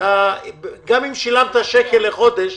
גם אם שילמת שקל לחודש